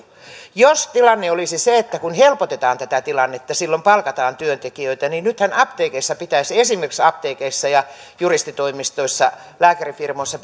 jos tilanne olisi se että kun helpotetaan tätä tilannetta silloin palkataan työntekijöitä niin nythän pitäisi esimerkiksi apteekeissa juristitoimistoissa ja lääkärifirmoissa